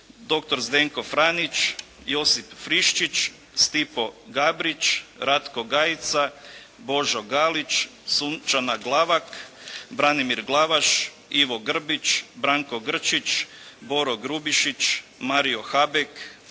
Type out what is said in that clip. dr. Zdenko Franić, Josiš Friščić, Stipo Gabrić, Ratko Gajica, Božo Galić, Sunčana Glavak, Branimir Glavaš, Ivo Grbić, Branko Grčić, Boro Grubišić, Mario Habek,